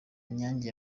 inyange